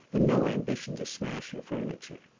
and no ambition to smash her furniture.